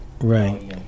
Right